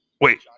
Wait